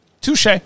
Touche